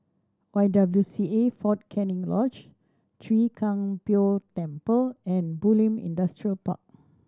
Y W C A Fort Canning Lodge Chwee Kang Beo Temple and Bulim Industrial Park